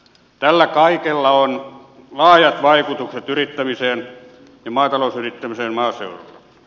tällä kaikella on laajat vaikutukset yrittämiseen ja maatalousyrittämiseen maaseudulla